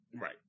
right